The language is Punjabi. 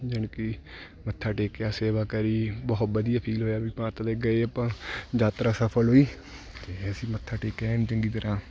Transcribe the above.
ਜਾਣੀ ਕਿ ਮੱਥਾ ਟੇਕਿਆ ਸੇਵਾ ਕਰੀ ਬਹੁਤ ਵਧੀਆ ਫੀਲ ਹੋਇਆ ਵੀ ਮਾਤਾ ਦੇ ਗਏ ਆਪਾਂ ਯਾਤਰਾ ਸਫਲ ਹੋਈ ਅਤੇ ਅਸੀਂ ਮੱਥਾ ਟੇਕਿਆ ਐਨ ਚੰਗੀ ਤਰ੍ਹਾਂ